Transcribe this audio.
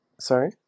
Sorry